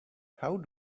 how